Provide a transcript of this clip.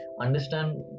understand